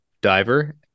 diver